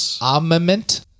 armament